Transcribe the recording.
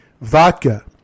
vodka